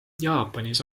jaapanis